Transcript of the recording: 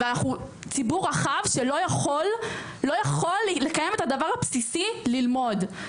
ואנחנו ציבור רחב שלא יכול לקיים את הדבר הבסיסי ללמוד.